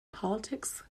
politics